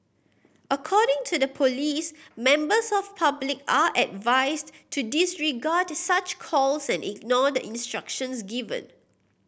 according to the police members of public are advised to disregard such calls and ignore the instructions given